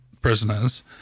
prisoners